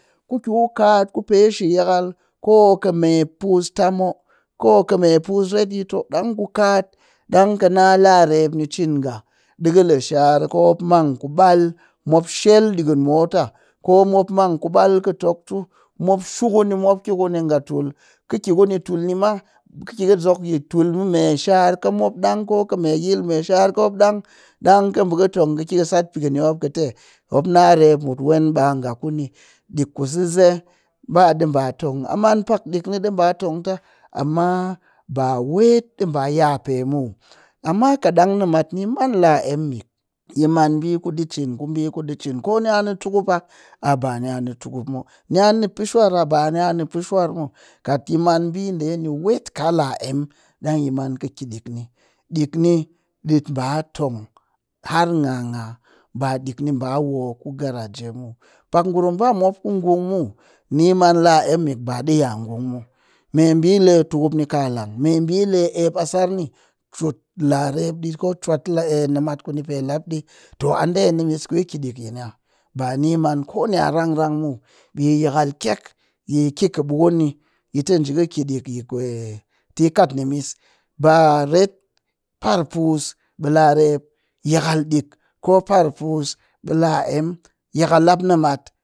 Ku ki ku kat ku pe shiyakal ko me pus tam'oh ko me pus reyit'oh ɗang ku kat ɗang kɨ na larep cin nga, ɗi kɨ le shar ka mop mang ku ɓal mop shel ɗikɨn mota ko mop mang ku ɓal kɨ toktu mop shu ku ni mop ki kuni nga tul kɨ ki kuni ma kɨ ki kɨ zok fi me sharka mop ɗang ko kɨ meyil mu me sharka mop ɗang, ɗang kɨ ɓa kɨ tong kɨ ki kɨ sat pikɨnmop kɨ tɨ mop na rep mut wen ɓaa nga kuni, ɗik kusese ba ɗi ba tong muw. A man pak ɗik ni ɗi ɓa tong ta amma ba wet ɗi ɓa yape muw, amma kat ɗang nimat ni man la emmni yi man ɓii kuɗi cin ku ɓi kuɗi cin ko ni a ni tukup'a a ba ni a ni tukup mu'oh ni a ni pee shwar'a a ba ni'a ni pee shwar mu'oh kat yi man ɓii ɗe wet kaa la emm ɗang yi man kɨ ki ɗik ni, ɗikni ɗi ba tong har ŋga ŋga ba ɗik ni ba woo ku garaje muw. pak ngurum ba mop ku ngung muw ni man la emm mik ba ɗi ya ngung muw, meɓi le tukup ni ka lang, meɓi le eep a sarni chut larep ɗi ko chuwat nimat kuni pe lapni too a ɗe nimis ku yi ki ɗik yini'ah, ba ni man ko ni'a rang rang mu ɓi yakal kyek ɓi ki kɨ bukun ni yi tɨ njii ki ɗik yi kwe ti kat nimis ba ret parpus ɓe larep yakal ɗik ko parpus ɓe la emm yakal lap nimat.